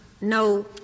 no